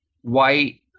white